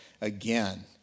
again